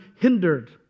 hindered